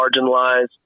marginalized